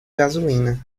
gasolina